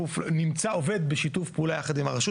נמצא עובד בשיתוף פעולה ביחד עם הרשות.